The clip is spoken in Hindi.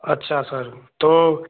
अच्छा सर तो